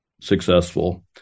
successful